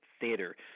theater